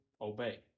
obey